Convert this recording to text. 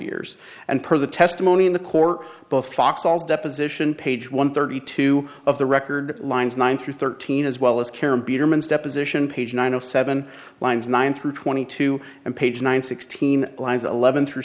years and per the testimony in the court both fox all deposition page one thirty two of the record lines one through thirteen as well as karen peterman's deposition page nine o seven lines nine through twenty two and page nine sixteen lines eleven through